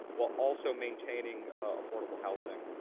while also maintaining affordable housing,